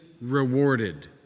rewarded